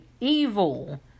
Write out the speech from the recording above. Evil